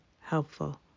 helpful